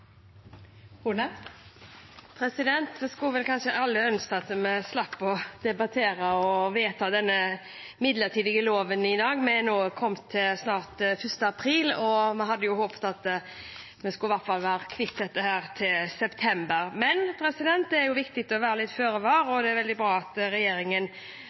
skulle vel alle ønske at vi slapp å debattere og vedta denne midlertidige loven i dag. Vi er snart kommet til 1. april, og vi hadde jo håpet at en i hvert fall skulle være kvitt dette til september. Men det er viktig å være føre var, og det er veldig bra at regjeringen